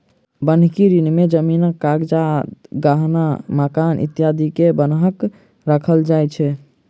बन्हकी ऋण में जमीनक कागज, गहना, मकान इत्यादि के बन्हक राखल जाय छै